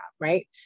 right